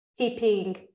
tipping